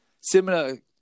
Similar